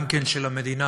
גם הם של המדינה,